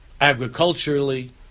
agriculturally